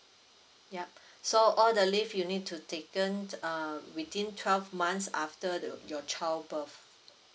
yup so all the leave you'll need to taken uh within twelve months after the your child birth